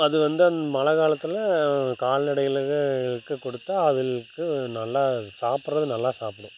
அது வந்து அந் மழை காலத்தில் கால்நடைகளுக்கு கொடுத்தா அதுகளுக்கு நல்லா சாப்பிட்றது நல்லா சாப்பிடும்